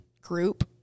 group